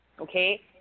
Okay